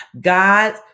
God